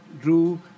drew